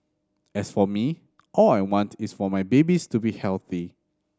as for me all I want is for my babies to be healthy